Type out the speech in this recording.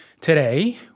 today